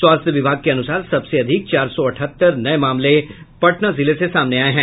स्वास्थ्य विभाग के अनुसार सबसे अधिक चार सौ अठहत्तर नये मामले पटना जिले से सामने आये हैं